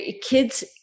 Kids